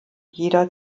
jeder